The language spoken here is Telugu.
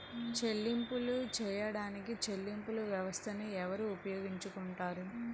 చెల్లింపులు చేయడానికి చెల్లింపు వ్యవస్థలను ఎవరు ఉపయోగించుకొంటారు?